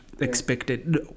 expected